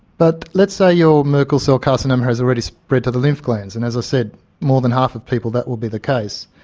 but let's say your merkel cell carcinoma has already spread to the lymph grounds, and, as i said, more than half of people that will be the case.